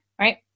right